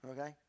okay